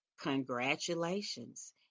congratulations